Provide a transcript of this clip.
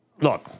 look